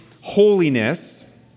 holiness